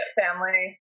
family